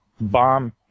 bomb